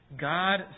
God